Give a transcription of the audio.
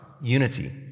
unity